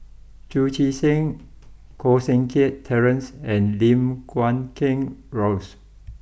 Chu Chee Seng Koh Seng Kiat Terence and Lim Guat Kheng Rosie